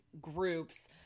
groups